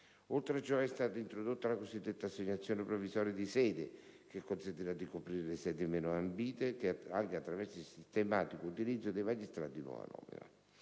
Oltre a ciò, è stata introdotta la cosiddetta assegnazione provvisoria di sede, che consentirà di coprire le sedi meno ambite, anche attraverso il sistematico utilizzo dei magistrati di nuova nomina.